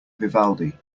vivaldi